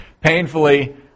painfully